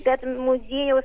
bet muziejaus